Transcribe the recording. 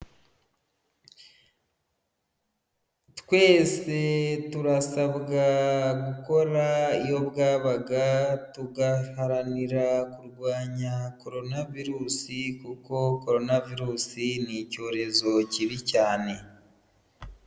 Twese turasabwa gukora iyo bwabaga tugaharanira kurwanya Korona virusi kuko Korona virusi ni icyorezo kibi cyane.